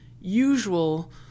usual